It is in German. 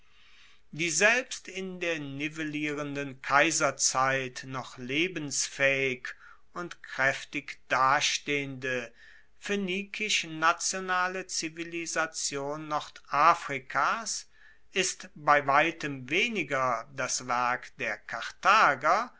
die selbst in der nivellierenden kaiserzeit noch lebensfaehig und kraeftig dastehende phoenikisch nationale zivilisation nordafrikas ist bei weitem weniger das werk der karthager